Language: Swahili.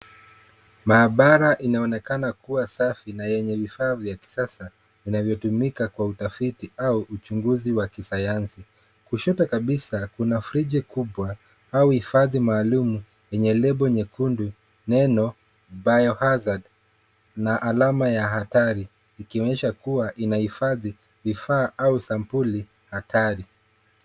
Maabara inaonekana kuwa safi na yenye vifaa vya kisasa vinavyotumika kwa utafiti au uchunguzi wa kisayansi. Kushoto kabisa kuna friji kubwa au hifadhi maalum yenye lebo nyekundu, neno biohazard na alama ya hatari; ikionyesha kuwa inahifadhi vifaa au sampuli hatari.